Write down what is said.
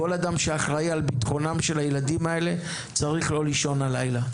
כל אדם שאחראי על ביטחונם של הילדים האלה צריך לא לישון הלילה.